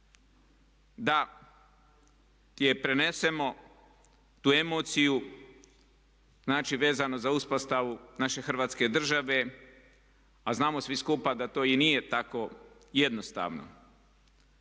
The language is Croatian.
da je prenesemo, tu emociju, znači vezano za uspostavu naše Hrvatske države. A znamo svi skupa da to i nije tako jednostavno.